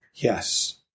Yes